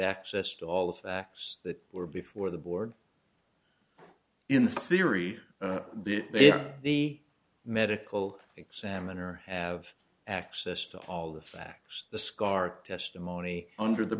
access to all the facts that were before the board in the theory the the medical examiner have access to all the facts the scar testimony under the